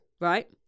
Right